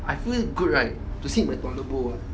I feel good right to sit in my toilet bowl ah